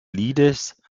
liedes